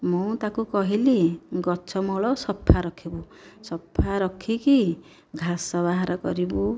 ମୁଁ ତାକୁ କହିଲି ଗଛମୂଳ ସଫା ରଖିବୁ ସଫା ରଖିକି ଘାସ ବାହାର କରିବୁ